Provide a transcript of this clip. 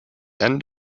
end